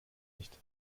nicht